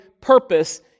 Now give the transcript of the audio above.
purpose